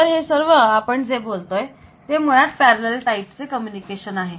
तर हे सर्व आपण जे बोलतोय ते मुळात पॅरलल टाईपचे कम्युनिकेशन आहे